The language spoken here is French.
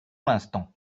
l’instant